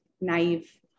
naive